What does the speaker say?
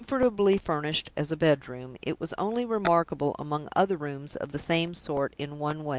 comfortably furnished as a bedroom, it was only remarkable among other rooms of the same sort in one way.